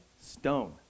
stone